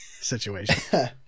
situation